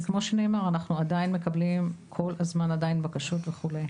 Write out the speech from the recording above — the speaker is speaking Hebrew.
וכמו שנאמר אנחנו עדיין מקבלים כל הזמן עדיין בקשות וכולי.